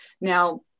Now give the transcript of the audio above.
Now